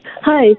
Hi